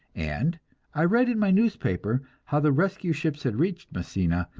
and i read in my newspaper how the rescue ships had reached messina,